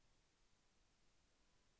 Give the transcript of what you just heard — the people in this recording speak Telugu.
నాకు లోన్ డబ్బులు ఎంత వస్తాయి?